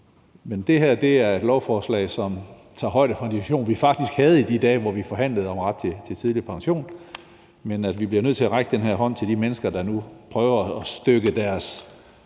Men det her er et lovforslag, som tager højde for en diskussion, vi faktisk havde i de dage, hvor vi forhandlede om ret til tidlig pension, og vi bliver nødt til at række den her hånd til de mennesker, der nu prøver at stykke deres